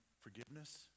forgiveness